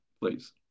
please